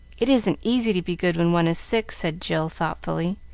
it isn't easy to be good when one is sick, said jill, thoughtfully.